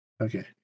Okay